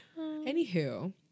anywho